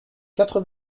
quatre